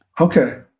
Okay